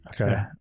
Okay